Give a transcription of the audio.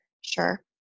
Sure